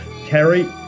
Kerry